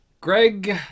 Greg